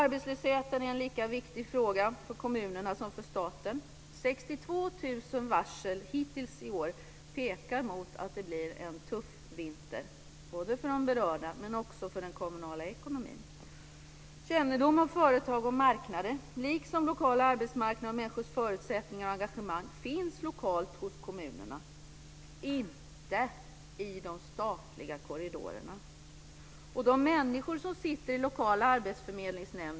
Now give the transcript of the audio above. Arbetslösheten är en lika viktig fråga för kommunerna som för staten. 62 000 varsel hittills i år pekar mot att det blir en tuff vinter både för de berörda och för den kommunala ekonomin. Kännedom om företag och marknader liksom om lokala arbetsmarknader och människors förutsättningar och engagemang finns lokalt hos kommunerna och inte i de statliga korridorerna.